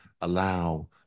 allow